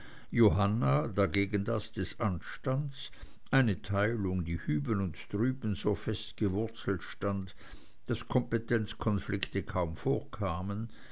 johanna dagegen das des anstands eine teilung die hüben und drüben so fest gewurzelt stand daß kompetenzkonflikte kaum vorkamen